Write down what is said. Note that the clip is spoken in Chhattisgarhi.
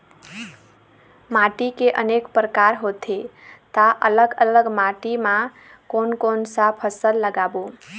माटी के अनेक प्रकार होथे ता अलग अलग माटी मा कोन कौन सा फसल लगाबो?